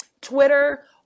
Twitter